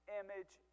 image